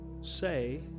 say